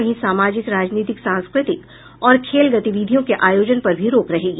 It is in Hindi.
वहीं सामाजिक राजनीतिक सांस्कृतिक और खेल गतिविधियों के आयोजन पर भी रोक रहेगी